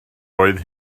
oedd